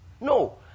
No